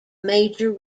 major